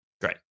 Great